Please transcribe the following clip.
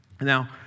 Now